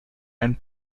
and